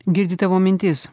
girdi tavo mintis